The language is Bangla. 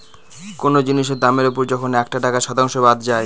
কোনো জিনিসের দামের ওপর যখন একটা টাকার শতাংশ বাদ যায়